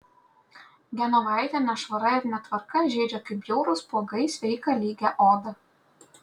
genovaitę nešvara ir netvarka žeidžia kaip bjaurūs spuogai sveiką lygią odą